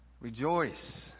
rejoice